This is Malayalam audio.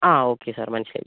ആ ഓക്കെ സർ മനസ്സിലായി